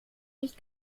nicht